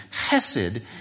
chesed